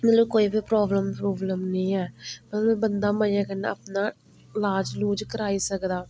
मतलब कोई बी प्राब्लम प्रुब्लुम नी ऐ मतलब बंदा मज़े कन्नै अपना लाज लुज कराई सकदा